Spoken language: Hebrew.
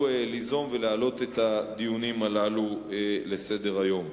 ליזום ולהעלות את הדיונים הללו לסדר-היום.